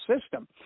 system